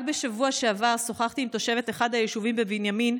רק בשבוע שעבר שוחחתי עם תושבת אחד היישובים בבנימין,